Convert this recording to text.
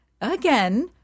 again